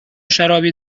شرابی